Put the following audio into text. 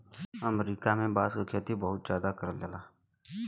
अमरीका में बांस क बहुत जादा खेती करल जाला